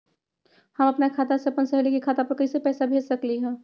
हम अपना खाता से अपन सहेली के खाता पर कइसे पैसा भेज सकली ह?